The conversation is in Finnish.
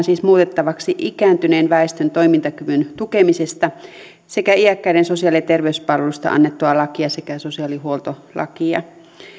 siis muutettavaksi ikääntyneen väestön toimintakyvyn tukemisesta sekä iäkkäiden sosiaali ja terveyspalveluista annettua lakia sekä sosiaalihuoltolakia